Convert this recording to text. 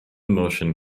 motion